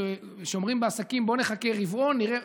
שאומרים בעסקים: בוא נחכה רבעון ונראה,